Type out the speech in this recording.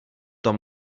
tom